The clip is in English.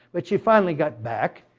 but she finally got back,